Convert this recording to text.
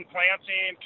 Planting